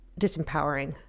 disempowering